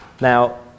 Now